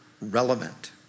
relevant